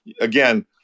again